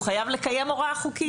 הוא חייב לקיים הוראה חוקית.